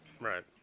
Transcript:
Right